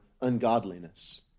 ungodliness